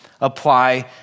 apply